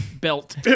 belt